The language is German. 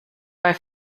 bei